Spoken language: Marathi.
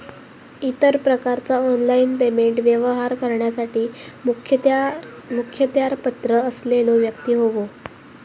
इतर प्रकारचा ऑनलाइन पेमेंट व्यवहार करण्यासाठी मुखत्यारपत्र असलेलो व्यक्ती होवो